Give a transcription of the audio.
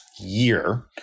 year